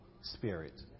Spirit